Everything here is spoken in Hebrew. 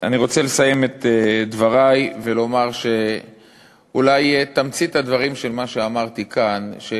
אני רוצה לסיים את דברי ולומר שאולי תמצית הדברים של מה שאמרתי כאן היא,